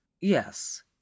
yes